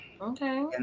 Okay